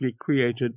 created